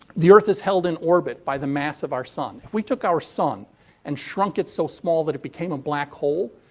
the earth is held in orbit by the mass of our sun. if we took our sun and shrunk it so small that it became a black hole,